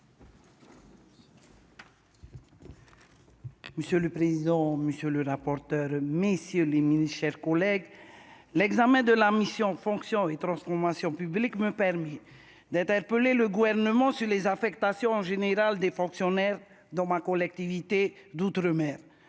Monsieur le prison, monsieur le rapporteur, messieurs les Ministres, chers collègues, l'examen de la mission fonction et transformation publiques me permis d'interpeller le gouvernement sur les affectations en général des fonctionnaires dans ma collectivité d'outre-mer,